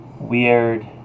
weird